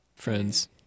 Friends